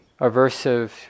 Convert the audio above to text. aversive